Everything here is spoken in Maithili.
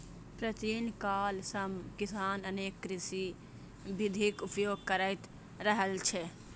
प्राचीन काल सं किसान अनेक कृषि विधिक उपयोग करैत रहल छै